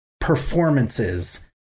performances